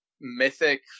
mythic